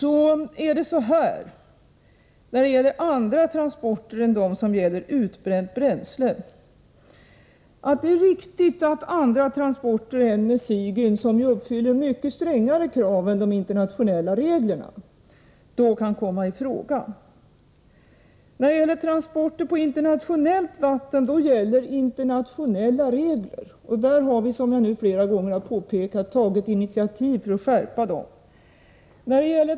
När det gäller andra transporter än transporter av utbränt bränsle, är det riktigt att även sådana som inte sker med Sigyn — som uppfyller strängare krav än de internationella reglerna — kan komma i fråga. Vid transporter på internationellt vatten gäller internationella regler. Vi har, som jag flera gånger har påpekat, tagit initiativ för att skärpa dem.